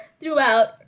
throughout